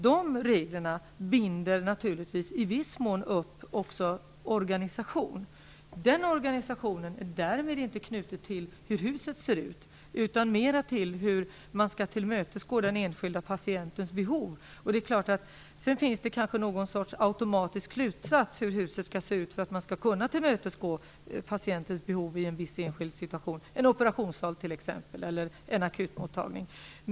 De reglerna binder naturligtvis i viss mån också upp organisationen. Den organisationen är dock inte knuten till hur huset ser ut utan mera till hur man skall tillmötesgå den enskilda patientens behov. Därav kan det kanske dras något slags automatisk slutsats om hur huset skall se ut för att man skall kunna tillmötesgå patientens behov i en viss enskild situation, t.ex. en operationssal eller en akutmottagning.